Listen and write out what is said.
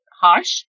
harsh